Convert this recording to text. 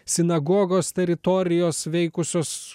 sinagogos teritorijos veikusios